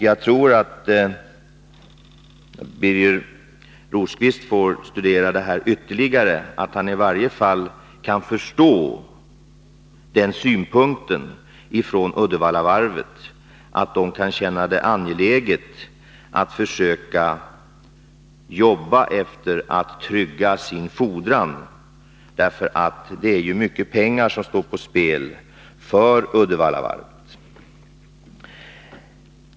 Jag tror att Birger Rosqvist, om han studerar ärendet ytterligare, kan förstå att Uddevallavarvet kan finna det angeläget att försöka jobba med inriktningen att trygga sin fordran. Det är nämligen mycket pengar som står på spel för Uddevallavarvet.